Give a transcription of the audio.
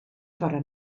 fore